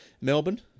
Melbourne